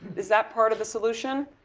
is that part of the solution?